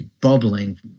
Bubbling